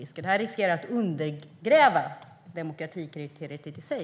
Jag anser att det riskerar att undergräva demokratikriteriet i sig.